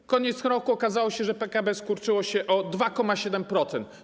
Na koniec roku okazało się, że PKB skurczyło się o 2,7%.